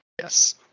Yes